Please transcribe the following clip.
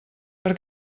per